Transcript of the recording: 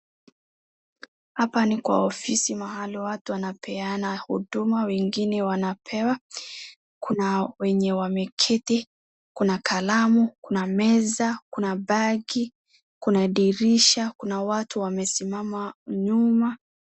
Hapa ni kwa ofisi mahali watu wanapeana huduma wengine wanapewa. Kuna wenye wameketi, kuna kalamu, kuna meza, kuna bagi, kuna dirisha, kuna watu wamesimama nyuma.